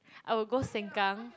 I will go Sengkang